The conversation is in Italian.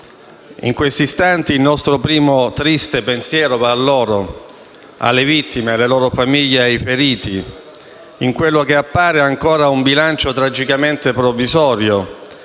In questi istanti il nostro primo triste pensiero va a loro, alle vittime, alle loro famiglie e ai feriti, in quello che appare ancora un bilancio tragicamente provvisorio